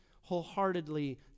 wholeheartedly